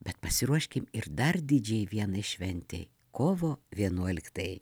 bet pasiruoškim ir dar didžiai vienai šventei kovo vienuoliktajai